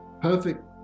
perfect